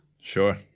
Sure